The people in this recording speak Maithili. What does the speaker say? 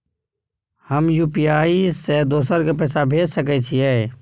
हम यु.पी.आई से दोसर के पैसा भेज सके छीयै?